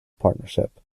partnership